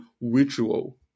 ritual